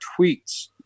tweets